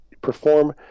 perform